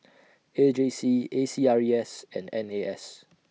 A J C A C R E S and N A S